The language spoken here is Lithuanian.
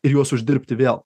ir juos uždirbti vėl